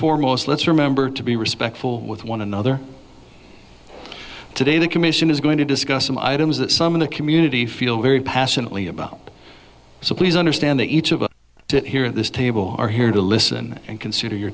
foremost let's remember to be respectful with one another today the commission is going to discuss some items that some of the community feel very passionately about so please understand that each of us here at this table are here to listen and consider your